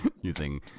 using